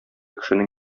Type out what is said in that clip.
кешенең